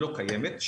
לא קיימת,